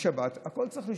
בשבת הכול צריך לשבות,